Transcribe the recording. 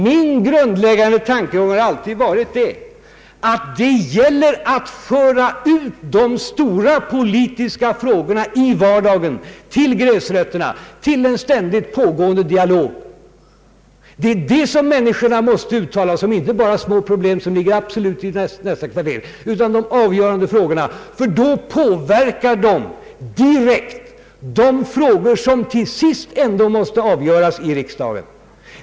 Min grundläggande tankegång har alltid varit att det gäller att föra ut de stora politiska frågorna i vardagen, till gräsrötterna, till en ständigt pågående dialog. Det är dessa avgörande frågor som människorna måste uttala sig om, inte bara små problem som ligger liksom vid nästa kvarter. De måste få möjlighet att direkt påverka de frågor som till sist ändå måste avgöras i riksdagen.